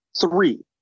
three